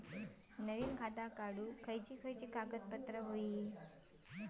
नवीन खाता काढूक काय काय कागदपत्रा लागतली?